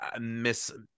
miss